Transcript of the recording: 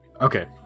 Okay